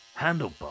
Handlebar